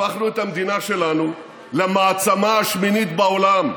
הפכנו את המדינה שלנו למעצמה השמינית בעולם,